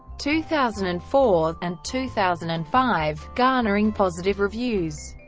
two thousand and four, and two thousand and five, garnering positive reviews.